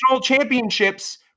championships